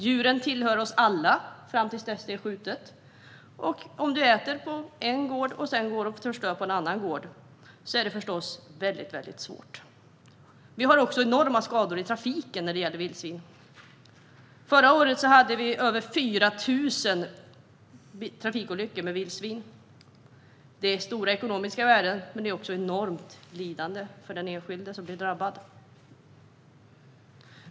Djuren tillhör oss alla, fram tills att de är skjutna, och om de äter på en gård och sedan går och förstör på en annan gård är det förstås väldigt, väldigt svårt. Vildsvinen orsakar också enorma skador i trafiken. Förra året hade vi över 4 000 trafikolyckor med vildsvin. Det är stora ekonomiska värden, men det innebär också ett enormt lidande för den enskilde som blir drabbad.